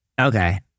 okay